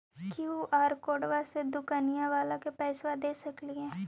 QR कोडबा से दुकनिया बाला के पैसा दे सक्रिय?